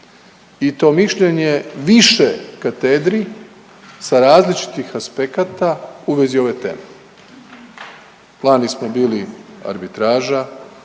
i to mišljenje više katedri sa različitih aspekata u vezi ove teme. Lani smo bili arbitraža,